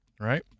right